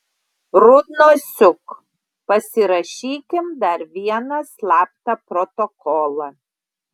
rudnosiuk pasirašykim dar vieną slaptą protokolą